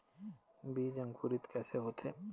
बीज अंकुरित कैसे होथे?